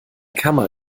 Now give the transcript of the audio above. kammer